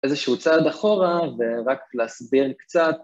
איזשהו צעד אחורה ורק להסביר קצת.